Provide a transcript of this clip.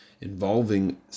involving